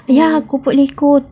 ya keropok lekor